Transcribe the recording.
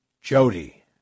Jody